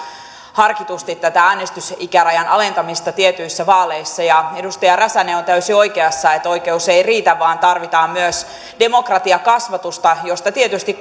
tätä äänestysikärajan alentamista harkitusti tietyissä vaaleissa edustaja räsänen on täysin oikeassa että oikeus ei riitä vaan tarvitaan myös demokratiakasvatusta josta tietysti